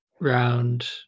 round